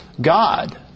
God